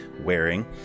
wearing